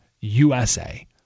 USA